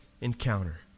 encounter